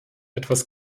etwas